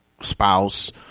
spouse